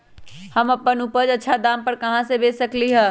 हम अपन उपज अच्छा दाम पर कहाँ बेच सकीले ह?